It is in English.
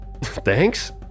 Thanks